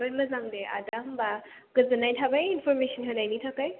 ओमफ्राय मोजां दे आदा होम्बा गोजोन्नाय थाबाय इनफरमेसन होनायनि थाखाय